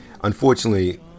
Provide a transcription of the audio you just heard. unfortunately